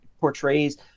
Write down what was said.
portrays